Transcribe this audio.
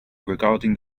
regarding